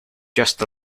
just